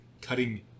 cutting